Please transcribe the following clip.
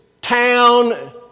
town